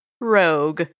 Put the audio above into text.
Rogue